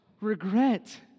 regret